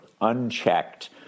unchecked